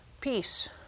peace